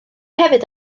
hefyd